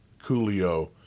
Coolio